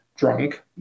drunk